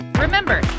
Remember